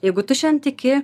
jeigu tu šian tiki